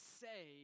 say